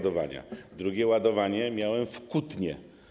Drugie ładowanie miałem w Kutnie.